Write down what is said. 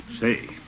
Say